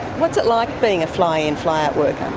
what's it like being a fly-in fly-out worker?